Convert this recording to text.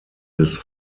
des